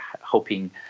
hoping